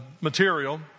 material